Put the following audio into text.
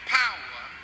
power